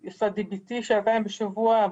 היא עושה DBT שעתיים בשבוע,